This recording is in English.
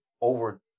over